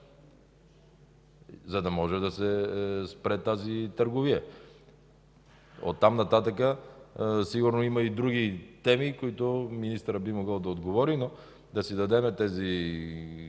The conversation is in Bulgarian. за да може да се спре тази търговия. Оттам нататък сигурно има и други теми, на които министърът би могъл да отговори, но аз не искам да